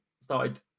started